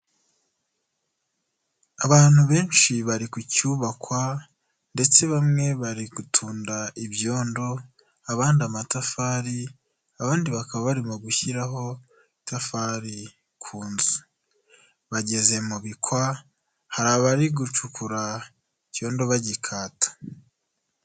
Abantu benshi bari kucyubakwa ndetse bamwe bari gutunda ibyondo, abandi amatafari, abandi bakaba barimo gushyiraho itafari ku nzu, bageze mu bikwa, hari abari gucukura icyondo bagikata.